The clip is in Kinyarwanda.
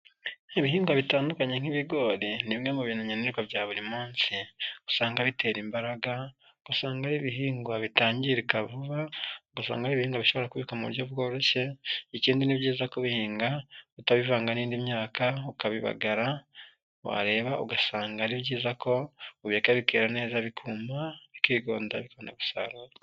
Ibihingwa bitandukanye nk'ibigori ni bimwe mu bintu nkenerwa bya buri munsi usanga bitera imbaraga, usanga aho ibihingwa bitangirika vuba, ugasanga ari ibihingwa bishobora kubikwa mu buryo bworoshye, ikindi ni byiza kubihinga utabivanga n'indi myaka ukabibagara wareba ugasanga ari byiza ko ubireka bikera neza bikuma bikigonda bikabona gusarurwa.